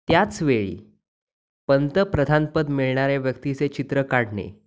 त्याच वेळी पंतप्रधानपद मिळणाऱ्या व्यक्तीचे चित्र काढणे